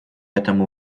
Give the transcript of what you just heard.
этому